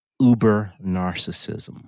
uber-narcissism